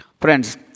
Friends